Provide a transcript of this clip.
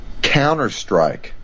counterstrike